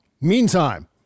Meantime